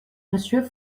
monsieur